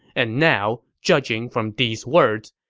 and now, judging from these words,